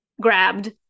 grabbed